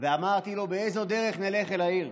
ואמרתי לו: באיזו דרך נלך אל העיר.